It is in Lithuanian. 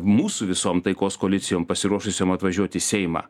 mūsų visom taikos koalicijom pasiruošusiom atvažiuot į seimą